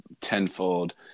tenfold